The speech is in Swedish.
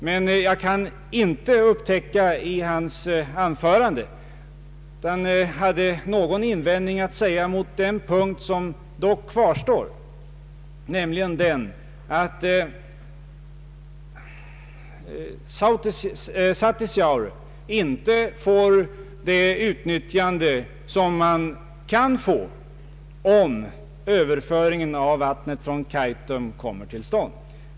Men jag kunde i hans anförande inte upptäcka att han hade någon invändning mot den punkt som jag pekade på, nämligen den att Satisjaure inte får det utnyttjande som vattenmagasin som sjön kan få om överföring av vattnet från Kaitum kommer till stånd.